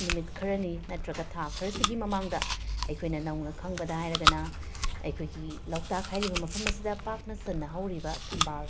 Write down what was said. ꯅꯨꯃꯤꯠ ꯈꯔꯅꯤ ꯅꯠꯇ꯭ꯔꯒ ꯊꯥ ꯈꯔꯁꯤꯒꯤ ꯃꯃꯥꯡꯗ ꯑꯩꯈꯣꯏꯅ ꯅꯧꯅ ꯈꯪꯕꯗ ꯍꯥꯏꯔꯒꯅ ꯑꯩꯈꯣꯏꯒꯤ ꯂꯣꯛꯇꯥꯛ ꯍꯥꯏꯔꯤꯕ ꯃꯐꯝ ꯑꯁꯤꯗ ꯄꯥꯛꯅ ꯁꯟꯅ ꯍꯧꯔꯤꯕ ꯊꯝꯕꯥꯜ